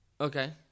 Okay